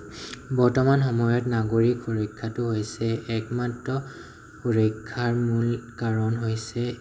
বৰ্তমান সময়ত নাগৰিক সুৰক্ষাটো হৈছে একমাত্ৰ সুৰক্ষাৰ মূল কাৰণ হৈছে